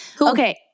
Okay